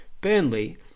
Burnley